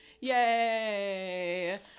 Yay